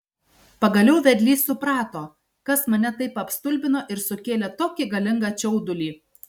pagaliau vedlys suprato kas mane taip apstulbino ir sukėlė tokį galingą čiaudulį